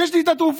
יש לי את התרופה,